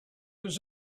was